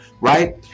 Right